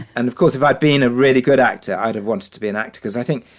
and of course, if i'd been a really good actor, i'd have wanted to be an actor because i think,